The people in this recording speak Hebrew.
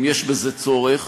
אם יש בזה צורך,